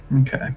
Okay